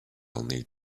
need